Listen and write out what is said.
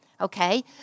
Okay